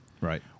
right